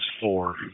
four